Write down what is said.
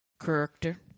character